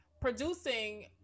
producing